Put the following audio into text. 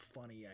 funny